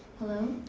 hello?